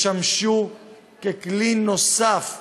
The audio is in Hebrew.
הן ישמשו ככלי נוסף לתמוך,